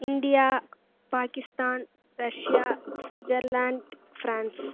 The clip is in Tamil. India Pakistan Russia Switzerland France